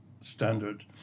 standard